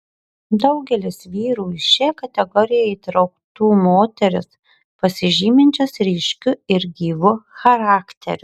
daugelis vyrų į šią kategoriją įtrauktų moteris pasižyminčias ryškiu ir gyvu charakteriu